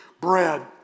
bread